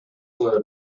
кыла